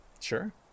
Sure